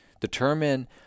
determine